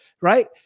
Right